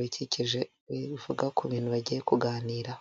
barinubira igiciro kiri hejuru.